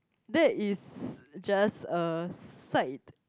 that is just a site